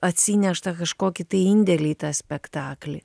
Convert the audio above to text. atsineštą kažkokį indėlį į tą spektaklį